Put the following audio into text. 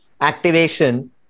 activation